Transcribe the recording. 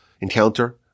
encounter